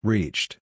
Reached